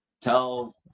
tell